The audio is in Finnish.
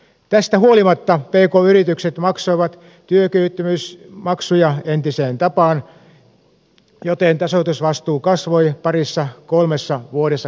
tästä huolimatta pk yritykset maksoivat työkyvyttömyysmaksuja entiseen tapaan joten tasoitusvastuu kasvoi parissa kolmessa vuodessa kaksinkertaiseksi